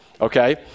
Okay